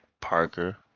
Parker